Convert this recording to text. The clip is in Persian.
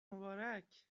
مبارک